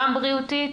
גם בריאותית,